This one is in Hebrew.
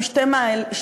עם שתי חניות,